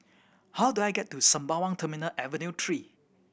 how do I get to Sembawang Terminal Avenue Three